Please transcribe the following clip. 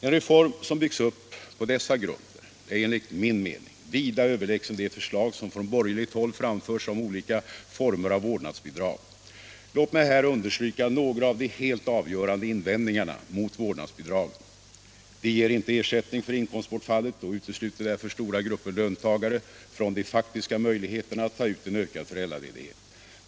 En reform som byggs upp på sådana grunder är enligt min mening vida överlägsen det förslag som från borgerligt håll framförs om olika former av vårdnadsbidrag. Låt mig här understryka några av de helt avgörande invändningarna mot vårdnadsbidrag. — Vårdnadsbidraget ger inte ersättning för inkomstbortfallet och utesluter därför stora grupper löntagare från de faktiska möjligheterna att ta ut en ökad föräldraledighet.